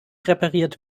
repariert